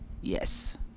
Yes